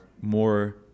more